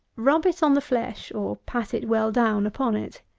rub it on the flesh, or pat it well down upon it.